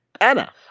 Anna